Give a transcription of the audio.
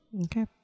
Okay